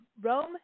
Rome